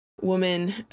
woman